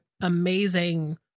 amazing